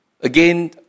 again